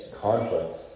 conflict